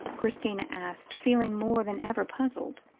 christina asked, feeling more than ever puzzled.